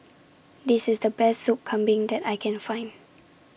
This IS The Best Soup Kambing that I Can Find